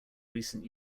recent